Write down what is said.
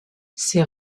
ses